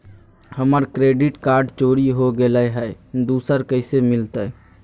हमर credit card चोरी हो गेलय हई, दुसर कैसे मिलतई?